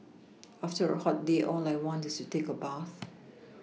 after a hot day all I want to do is take a bath